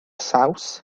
saws